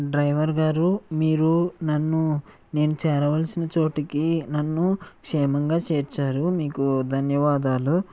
driver గారు మీరు నన్ను నేను చేరవలసిన చోటుకి నన్ను క్షేమంగా చేర్చారు మీకు ధన్యవాదాలు